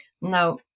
Now